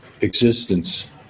existence